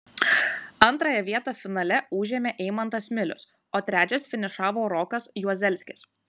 antrąją vietą finale užėmė eimantas milius o trečias finišavo rokas juozelskis